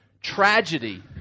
Tragedy